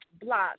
block